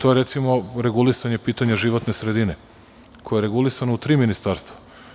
To je recimo regulisanje pitanja životne sredine koje je regulisano u tri ministarstva.